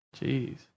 jeez